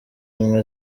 ubumwe